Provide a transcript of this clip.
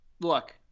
look